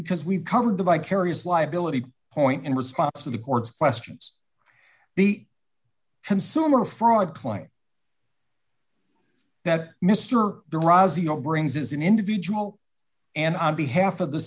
because we've covered the vicarious liability point in response to the court's questions the consumer fraud claims that mr durazo brings is an individual and on behalf of the